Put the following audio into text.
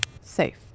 Safe